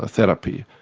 ah therapy.